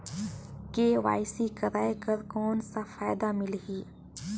KYC कराय कर कौन का फायदा मिलही?